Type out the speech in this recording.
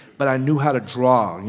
but i knew how to draw, and